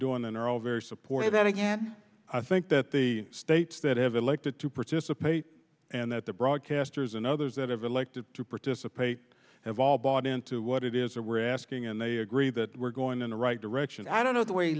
doing and are all very supportive that again i think that the states that have elected to participate and that the broadcasters and others that have elected to participate have all bought into what it is or we're asking and they agree that we're going in the right direction i don't know the way